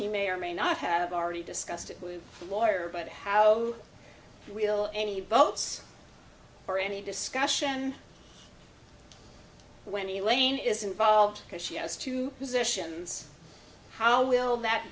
he may or may not have already discussed it with a lawyer but how we'll any votes or any discussion when elaine is involved because she has two positions how will that